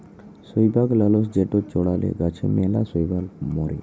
শৈবাল লাশক যেটা চ্ড়ালে গাছে ম্যালা শৈবাল ম্যরে যায়